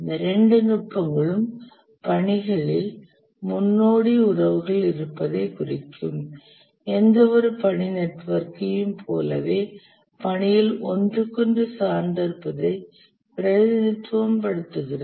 இந்த இரண்டு நுட்பங்களும் பணிகளில் முன்னோடி உறவுகள் இருப்பதை குறிக்கும் எந்தவொரு பணி நெட்வொர்க்கையும் போலவே பணியில் ஒன்றுக்கொன்று சார்ந்திருப்பதைக் பிரதிநிதித்துவம்படுத்துகிறது